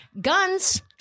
Guns